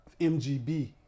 MGB